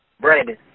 Brandon